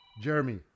Jeremy